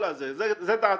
זו דעתי.